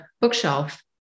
bookshelf